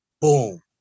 Boom